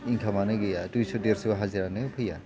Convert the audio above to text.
इनकामानो गैया दुइस' देरस' हाजिरायानो फैया